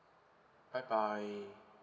bye bye